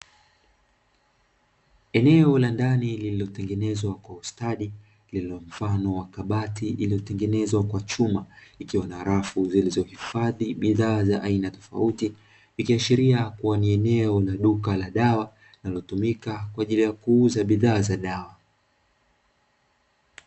Eneo la ndani lililotengenezwa kwa ustadi lililo mfano wa kabati iliyotengenezwa kwa chuma ikiwa na rafu zilizohifadhi bidhaa za aina tofauti, ikiashiria kuwa ni eneo la duka la dawa linalotumika kwa ajili ya kuuza bidhaa za dawa.